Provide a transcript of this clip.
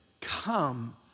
come